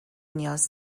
نیاز